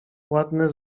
ładne